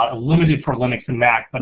ah limited for linux and mac, but